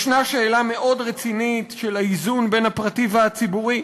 יש שאלה מאוד רצינית של האיזון בין הפרטי והציבורי.